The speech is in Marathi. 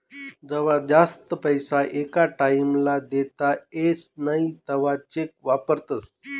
जवा जास्त पैसा एका टाईम ला देता येस नई तवा चेक वापरतस